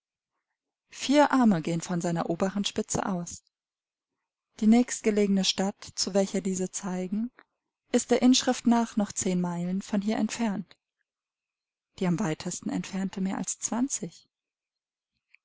vier arme gehen von seiner oberen spitze aus die nächstgelegene stadt zu welcher diese zeigen ist der inschrift nach noch zehn meilen von hier entfernt die am weitesten entfernte mehr als zwanzig